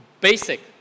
basic